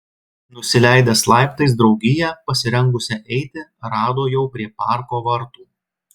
nusileidęs laiptais draugiją pasirengusią eiti rado jau prie parko vartų